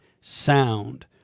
sound